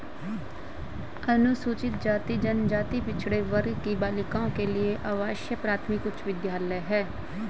अनुसूचित जाति जनजाति पिछड़े वर्ग की बालिकाओं के लिए आवासीय प्राथमिक उच्च विद्यालय है